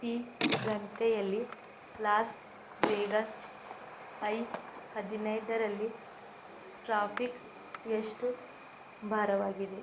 ಈ ಗಂಟೆಯಲ್ಲಿ Las Vegas I ಹದಿನೈದರಲ್ಲಿ ಟ್ರಾಫಿಕ್ ಎಷ್ಟು ಭಾರವಾಗಿವೆ